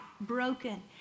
broken